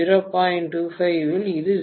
25 இல் இது 0